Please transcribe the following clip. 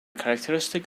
characteristic